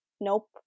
nope